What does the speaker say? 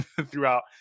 throughout